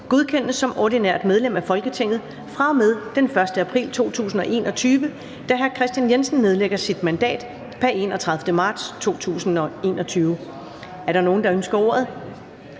godkendes som ordinært medlem af Folketinget fra og med den 1. april 2021, da Kristian Jensen nedlægger sit mandat pr. 31. marts 2021. Er der nogen, der ønsker ordet?